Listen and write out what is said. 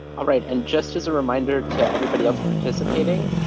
all right, and just as a reminder to everybody else participating,